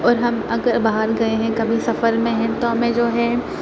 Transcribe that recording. اور ہم اگر باہر گئے ہیں کبھی سفر میں ہیں تو ہمیں جو ہے